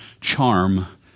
charm